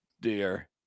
dear